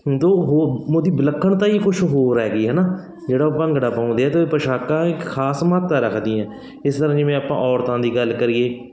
ਤਾਂ ਉਹ ਉਹਦੀ ਵਿਲੱਖਣਤਾ ਹੀ ਕੁਛ ਹੋਰ ਹੈਗੀ ਹੈ ਨਾ ਜਿਹੜਾ ਭੰਗੜਾ ਪਾਉਂਦੇ ਆ ਅਤੇ ਪਸ਼ਾਕਾ ਇੱਕ ਖ਼ਾਸ ਮਹੱਤਤਾ ਰੱਖਦੀਆਂ ਹੈ ਇਸ ਤਰ੍ਹਾਂ ਜਿਵੇਂ ਆਪਾਂ ਔਰਤਾਂ ਦੀ ਗੱਲ ਕਰੀਏ